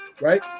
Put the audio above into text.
right